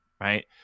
right